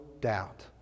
doubt